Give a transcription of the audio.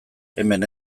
hemen